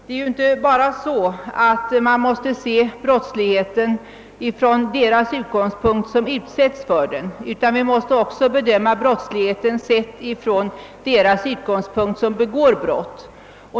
Man får inte bara se denna brottslighet från deras utgångspunkt som utsättes för den, utan vi måste också bedöma brottsligheten från deras utgångspunkt som begår brott.